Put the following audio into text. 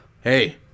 Hey